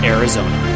Arizona